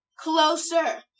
Closer